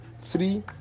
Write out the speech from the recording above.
three